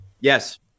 yes